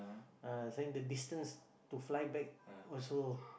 ah then the distance to fly back also